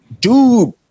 dude